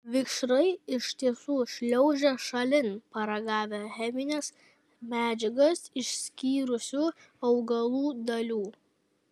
vikšrai iš tiesų šliaužia šalin paragavę chemines medžiagas išskyrusių augalų dalių